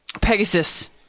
Pegasus